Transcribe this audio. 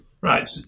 Right